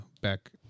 back